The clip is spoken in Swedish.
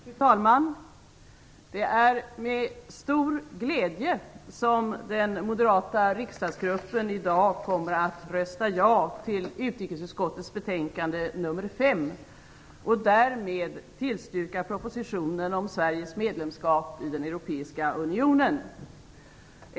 Fru talman! Det är med stor glädje som den moderata riksdagsgruppen i dag kommer att rösta ja till utrikesutskottets betänkande nr 5 och därmed tillstyrka propositionen om Sveriges medlemskap i den europeiska unionen.